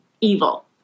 evil